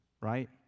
right